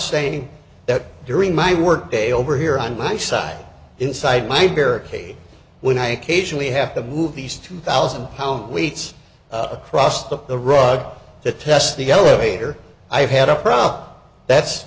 saying that during my work day over here on my side inside my barricade when i occasionally have to move these two thousand pound weights across the the rug to test the elevator i had a problem that's